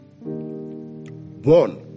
One